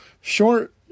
short